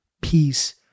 peace